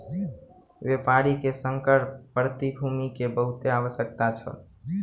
व्यापारी के संकर प्रतिभूति के बहुत आवश्यकता छल